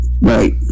right